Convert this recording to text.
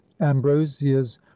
ambrosias